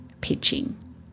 pitching